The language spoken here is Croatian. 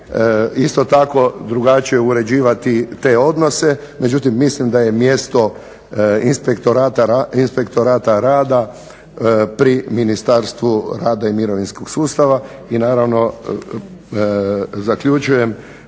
isto tako drugačije uređivati te odnose. Međutim, mislim da je mjesto Inspektorata rada pri Ministarstvu rada i mirovinskog sustava. I naravno, zaključujem,